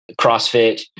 CrossFit